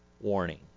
warning